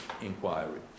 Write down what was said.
inquiry